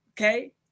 okay